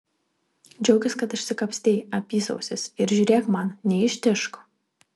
džiaukis kad išsikapstei apysausis ir žiūrėk man neištižk